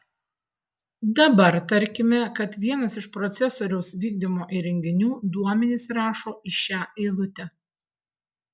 dabar tarkime kad vienas iš procesoriaus vykdymo įrenginių duomenis rašo į šią eilutę